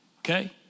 Okay